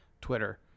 Twitter